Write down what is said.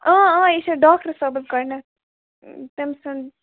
یہِ چھِ ڈاکٹر صٲبس گۄڈنٮ۪تھ تٔمۍ سُنٛد